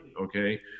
Okay